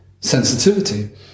sensitivity